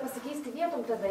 pasikeisti vietom tada